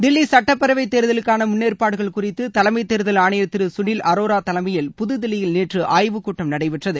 தில்லி சட்டப்பேரவை தேர்தலுக்கு முன்னேற்பாடுகள் குறித்து தலைமம தேர்தல் ஆணையர் திரு சுணில் அரோரா தலைமையில் புதுதில்லியில் நேற்று ஆய்வு கூட்டம் நடைபெற்றது